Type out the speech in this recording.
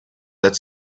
that